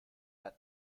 that